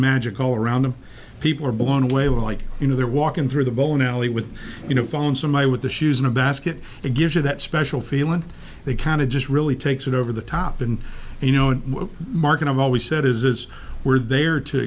magic all around them people are blown away like you know they're walking through the bowling alley with you know found some i with the shoes in a basket it gives you that special feeling they kind of just really takes it over the top and you know what mark i've always said is where they are to